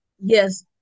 Yes